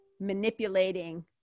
manipulating